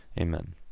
Amen